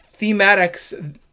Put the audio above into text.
thematics